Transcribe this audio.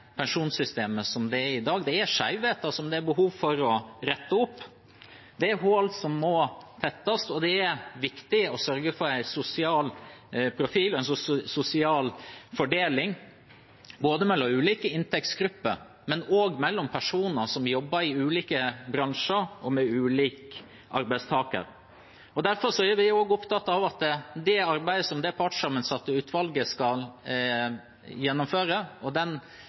pensjonssystemet slik som det er i dag. Det er skjevheter som det er behov for å rette opp, det er hull som må tettes, og det er viktig å sørge for en sosial profil og en sosial fordeling mellom ulike inntektsgrupper, men også mellom personer som jobber i ulike bransjer og med ulik arbeidsgiver. Derfor er vi også opptatt av at det arbeidet som det partssammensatte utvalget skal gjennomføre,